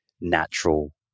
natural